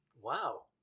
Wow